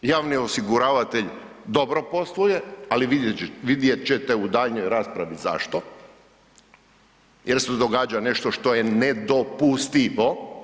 Javni osiguravatelj dobro posluje, ali vidjet ćete u daljnjoj raspravi zašto, jer se događa nešto što je nedopustivo.